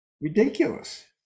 ridiculous